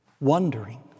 wondering